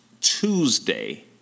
Tuesday